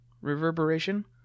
reverberation